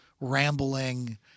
rambling